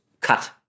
cut